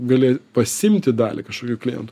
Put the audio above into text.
gali pasiimti dalį kažkokių klientų